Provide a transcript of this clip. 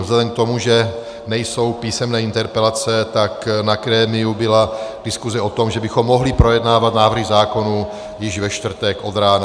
Vzhledem k tomu, že nejsou písemné interpelace, tak na grémiu byla diskuse o tom, že bychom mohli projednávat návrhy zákonů již ve čtvrtek od rána.